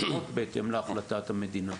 בהתאם להחלטת המדינה.